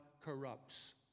corrupts